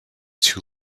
too